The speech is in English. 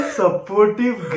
supportive